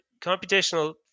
Computational